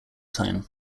time